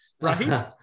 right